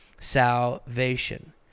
salvation